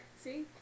see